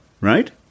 right